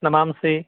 नामांसि